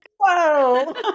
whoa